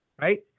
right